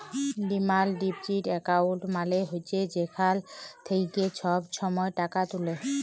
demand deposit account মালে হছে যেখাল থ্যাইকে ছব ছময় টাকা তুলে